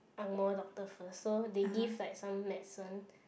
angmoh doctor first so they give like some medicine